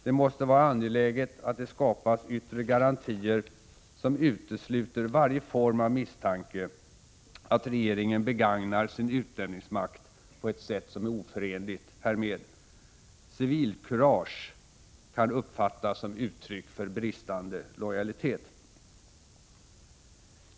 Det måste vara angeläget att det skapas yttre garantier som utesluter varje form av misstanke om att regeringen begagnar sin utnämningsmakt på ett sätt som är oförenligt härmed. Civilkurage kan uppfattas som uttryck för bristande lojalitet.